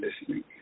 listening